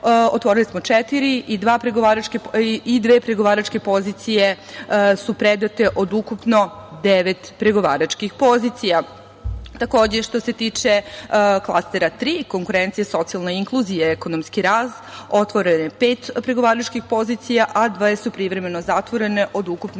otvorili smo četiri i dve pregovaračke pozicije su predate od ukupno devet pregovaračkih pozicija. Takođe, što se tiče Klastera 3 „Konkurencija, socijalna inkluzija, ekonomski rast“ otvoreno je pet pregovaračkih pozicija, a dve su privremeno zatvorene od ukupno